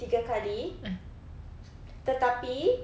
tiga kali tetapi